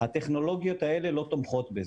הטכנולוגיות האלה לא תומכות בזה.